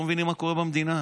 לא מבינים מה קורה במדינה.